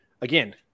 again